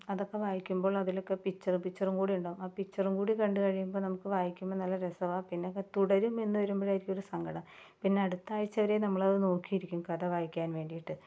അതൊക്കെ വായിക്കുമ്പോൾ അതിലൊക്കെ പിച്ചറ് പിച്ചറും കൂടെ ഉണ്ടാവും ആ പിച്ചറും കൂടി കണ്ടു കഴിയുമ്പോൾ നമുക്ക് വായിക്കുമ്പം നല്ല രസമാണ് പിന്നെ തുടരും എന്ന് വരുമ്പോഴായിരിക്കും ഒരു സങ്കടം പിന്നെ അടുത്താഴ്ച വരെ നമ്മളത് നോക്കിയിരിക്കും കഥ വായിക്കാൻ വേണ്ടിയിട്ട്